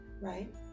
Right